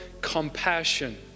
compassion